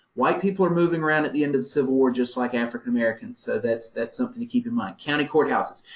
white people are moving around at the end of the civil war, just like african-americans, so that's that's something to keep in mind, county courthouses.